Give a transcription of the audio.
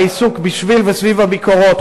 בעיסוק בשביל וסביב הביקורות,